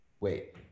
wait